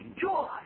joy